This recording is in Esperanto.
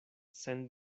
sen